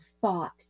thought